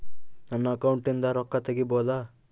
ನನ್ನ ಅಕೌಂಟಿಂದ ರೊಕ್ಕ ತಗಿಬಹುದಾ?